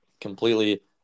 completely